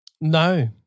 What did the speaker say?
No